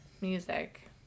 music